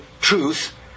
truth